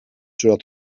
zodat